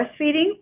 breastfeeding